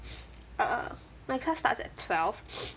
ah my class starts at twelve